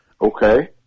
Okay